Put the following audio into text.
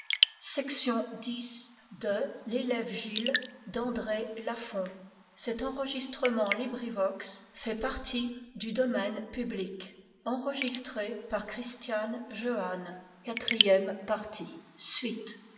de l'allée la